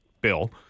Bill